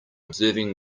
observing